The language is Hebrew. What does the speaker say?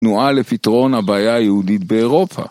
תנועה לפתרון הבעיה היהודית באירופה